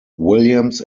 williams